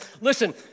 listen